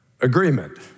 Agreement